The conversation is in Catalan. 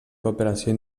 cooperació